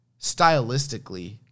Stylistically